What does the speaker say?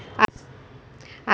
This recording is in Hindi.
आवर्ती जमा की ब्याज दर क्या है?